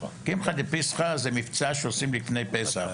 קמחא דפסחא זה מבצע שעושים לפני פסח,